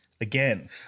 again